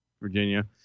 Virginia